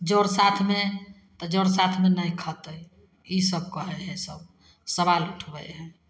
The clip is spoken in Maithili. जर साथमे तऽ जर साथमे नहि खएतै ईसब कहै हइ सभ सवाल उठबै हइ